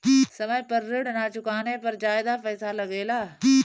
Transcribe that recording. समय पर ऋण ना चुकाने पर ज्यादा पईसा लगेला?